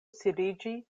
sidiĝi